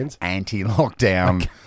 Anti-lockdown